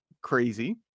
crazy